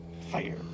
Fire